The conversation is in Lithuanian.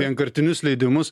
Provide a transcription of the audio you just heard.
vienkartinius leidimus